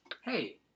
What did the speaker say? hey